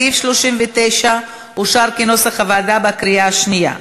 סעיף 39 אושר, כנוסח הוועדה, בקריאה השנייה.